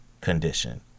condition